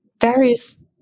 various